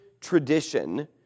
tradition